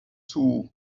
too